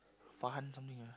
Farhan something ah